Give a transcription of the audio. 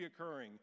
reoccurring